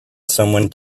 someone